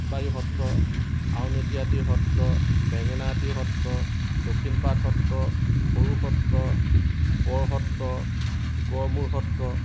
বাৰী সত্ৰ আউনীআটিৰ সত্ৰ বেঙেনা আটিৰ সত্ৰ দক্ষিণপাট সত্ৰ সৰু সত্ৰ বৰ সত্ৰ গড়মূৰ সত্ৰ